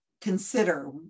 consider